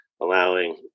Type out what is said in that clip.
allowing